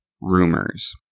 Rumors